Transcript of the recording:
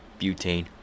butane